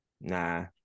Nah